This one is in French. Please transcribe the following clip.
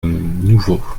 nouveau